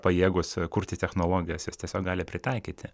pajėgūs kurti technologijas ir tiesiog gali pritaikyti